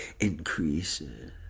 increases